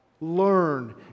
Learn